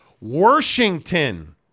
Washington